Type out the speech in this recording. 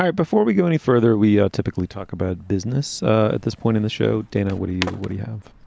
before we go any further, we ah typically talk about business at this point in the show. dana, what do you what do you have?